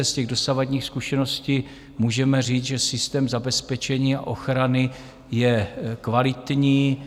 Z dosavadních zkušeností můžeme říct, že systém zabezpečení a ochrany je kvalitní.